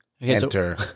Enter